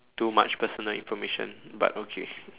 too much personal information but okay